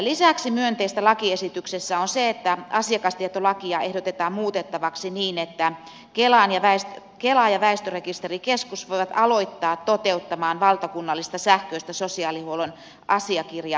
lisäksi myönteistä lakiesityksessä on se että asiakastietolakia ehdotetaan muutettavaksi niin että kela ja väestörekisterikeskus voivat aloittaa toteuttamaan valtakunnallista sähköistä sosiaalihuollon asiakirja arkistoa